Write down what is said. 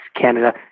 Canada